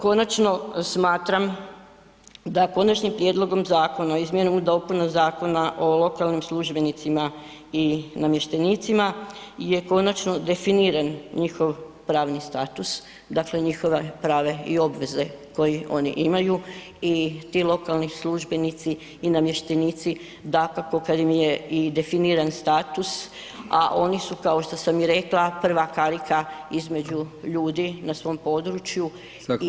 Konačno smatram da Konačnim prijedlogom Zakona o izmjenama i dopunama Zakona o lokalnim službenicima i namještenicima je konačno definiran njihov pravni status, dakle njihova prava i obveze koje oni imaju i ti lokalni službenici i namještenici dakako kad im je i definiran status, a oni su kao što sam i rekla prva karika između ljudi na svom području